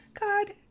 God